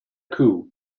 coop